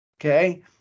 okay